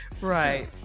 right